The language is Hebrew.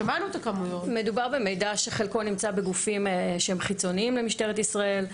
מדובר במידע שחלקו נמצא בגופים שהם חיצוניים למשטרת ישראל.